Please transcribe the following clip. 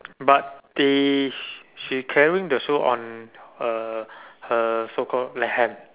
but they she carrying the shoes on uh her so called left hand